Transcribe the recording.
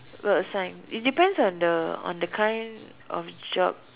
will assign it depends on the on the kind of job